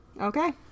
Okay